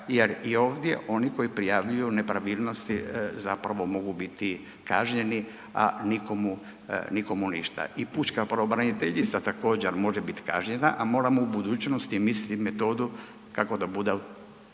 jer i ovdje oni koji prijavljuju nepravilnosti zapravo mogu biti kažnjeni, a nikomu ništa. I pučka pravobraniteljica također, može biti kažnjena, a moramo u budućnosti izmisliti metodu kako da bude